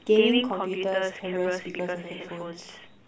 gaming computers cameras speakers and headphones